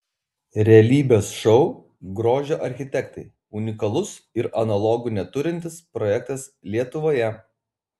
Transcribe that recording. realybės šou grožio architektai unikalus ir analogų neturintis projektas lietuvoje